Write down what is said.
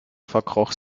verkroch